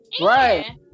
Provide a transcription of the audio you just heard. Right